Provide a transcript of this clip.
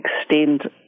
extend